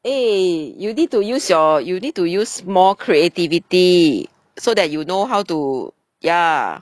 eh you need to use your you need to use more creativity so that you know how to ya